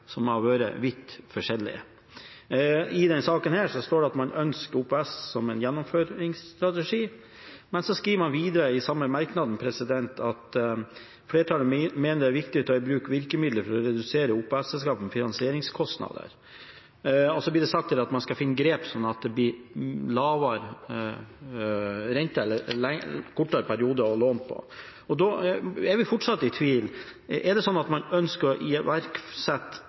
som har vært vidt forskjellige. I denne saken står det at man ønsker å benytte OPS som en gjennomføringsstrategi, men så skriver man videre i samme merknad: «Flertallet mener at det er viktig å ta i bruk virkemidler for å redusere OPS-selskapenes finansieringskostnader.» Og så blir det sagt at man skal ta grep så det blir kortere perioder hvor man låner. Jeg er fortsatt i tvil. Er det sånn at man ønsker å